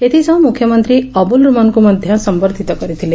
ଏଥିସହ ମ୍ରଖ୍ୟମନ୍ତୀ ଅବୁଲ ର୍ତମାନଙ୍କ ମଧ୍ୟ ସମ୍ବର୍ବିତ କରିଥିଲେ